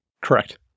Correct